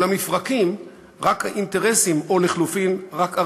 אולם לפרקים, רק האינטרסים, או לחלופין, רק ערכים,